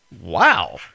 Wow